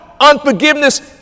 unforgiveness